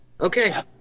Okay